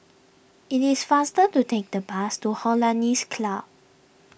it is faster to take the bus to Hollandse Club